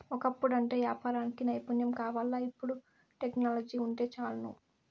ఒకప్పుడంటే యాపారానికి నైపుణ్యం కావాల్ల, ఇపుడు టెక్నాలజీ వుంటే చాలును